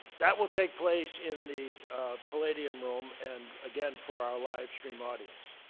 that will take place in the palladium room, and again, for our live stream audience.